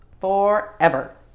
forever